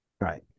Right